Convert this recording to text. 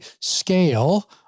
scale